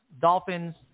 Dolphins